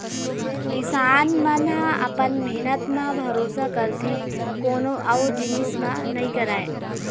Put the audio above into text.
किसान मन ह अपन मेहनत म भरोसा करथे कोनो अउ जिनिस म नइ करय